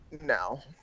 no